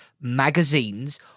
magazines